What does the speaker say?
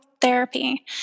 therapy